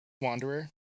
Wanderer